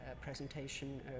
presentation